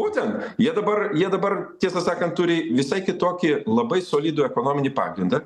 būtent jie dabar jie dabar tiesą sakant turi visai kitokį labai solidų ekonominį pagrindą